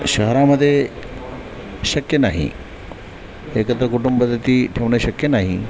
शहरामध्ये शक्य नाही एकत्र कुटुंबपद्धती ठेवणं शक्य नाही